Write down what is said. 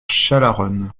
chalaronne